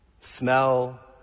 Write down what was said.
smell